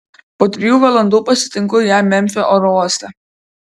po trijų valandų pasitinku ją memfio oro uoste